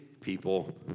people